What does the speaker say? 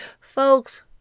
Folks